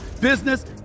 business